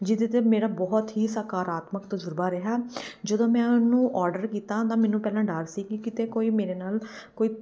ਜਿਹਦੇ ਤੋਂ ਮੇਰਾ ਬਹੁਤ ਹੀ ਸਕਾਰਾਤਮਕ ਤਜ਼ਰਬਾ ਰਿਹਾ ਜਦੋਂ ਮੈਂ ਉਹਨੂੰ ਔਡਰ ਕੀਤਾ ਤਾਂ ਮੈਨੂੰ ਪਹਿਲਾਂ ਡਰ ਸੀ ਕਿ ਕਿਤੇ ਕੋਈ ਮੇਰੇ ਨਾਲ ਕੋਈ